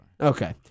Okay